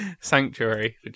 sanctuary